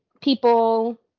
people